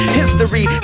history